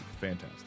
Fantastic